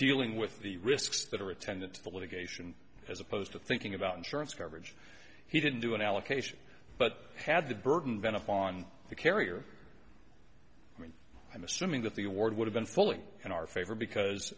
dealing with the risks that are attendant to the litigation as opposed to thinking about insurance coverage he didn't do an allocation but had the burden benefit on the carrier i'm assuming that the award would have been fully in our favor because